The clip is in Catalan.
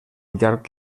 llarg